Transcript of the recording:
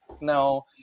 no